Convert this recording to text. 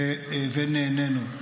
ונהנינו.